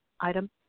item